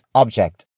object